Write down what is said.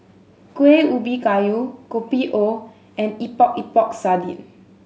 Kueh Ubi Kayu Kopi O and Epok Epok Sardin